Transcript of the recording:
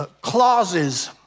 clauses